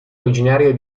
originario